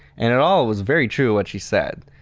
and it all was very true what she said.